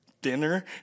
dinner